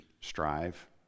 strive